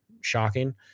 shocking